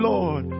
Lord